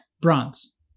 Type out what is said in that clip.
Bronze